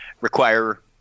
require